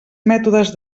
mètodes